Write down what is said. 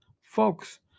Folks